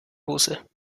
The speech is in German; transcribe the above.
hose